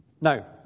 Now